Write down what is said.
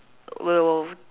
will